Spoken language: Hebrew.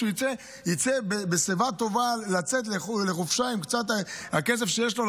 שיצא בשיבה טובה לחופשה עם הקצת-כסף שיש לו,